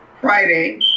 Friday